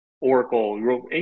Oracle